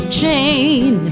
chain